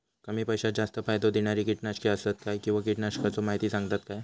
कमी पैशात जास्त फायदो दिणारी किटकनाशके आसत काय किंवा कीटकनाशकाचो माहिती सांगतात काय?